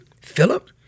Philip